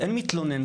אין מתלונן,